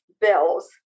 bills